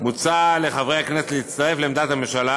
מוצע לחברי הכנסת להצטרף לעמדת הממשלה